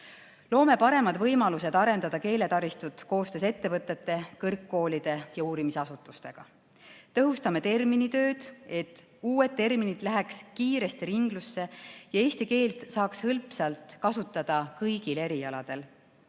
Loome paremad võimalused arendada keeletaristut koostöös ettevõtete, kõrgkoolide ja uurimisasutustega. Tõhustame terminitööd, et uued terminid läheks kiiresti ringlusse ja eesti keelt saaks hõlpsalt kasutada kõigil erialadel.